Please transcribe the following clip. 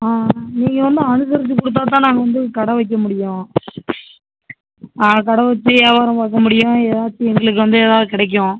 ஆ நீங்கள் வந்து அனுசரித்து கொடுத்தா தான் நாங்கள் வந்து கடை வைக்க முடியும் கடை வச்சு வியாவாரோம் பார்க்க முடியும் ஏதாச்சும் எங்களுக்கு வந்து எதாவது கிடைக்கும்